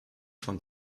von